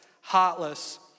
heartless